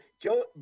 Joe